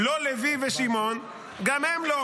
לא לוי ושמעון, גם הם לא.